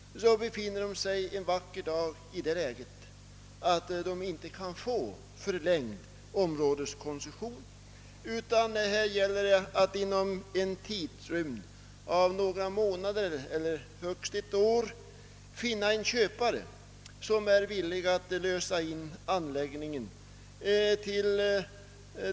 En vacker dag befinner de sig i det läget att de inte kan erhålla förlängd områdeskoncession. Det gäller då att inom en tidrymd av några månader eller högst ett år finna en köpare som är villig att lösa in anläggningen.